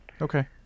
Okay